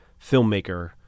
filmmaker